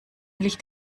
licht